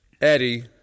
eddie